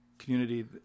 community